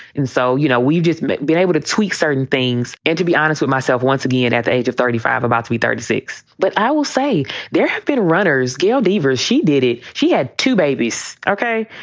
and so, you know, we've just been able to tweak certain things. and to be honest with myself, once again, at the age of thirty five, about to be thirty six. but i will say there have been runners, gail deaver's, she did it. she had two babies, ok?